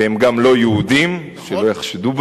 שהם גם לא יהודים, שלא יחשדו בהם,